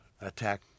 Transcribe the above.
attack